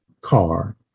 car